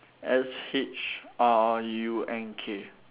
S H R U N K